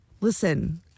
Listen